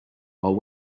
while